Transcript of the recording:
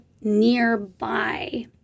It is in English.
nearby